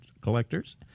Collectors